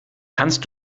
kannst